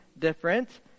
different